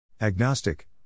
Agnostic